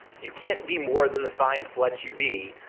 you can't be more than the science lets you be,